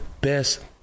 best